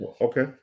Okay